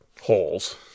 holes